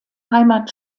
heimat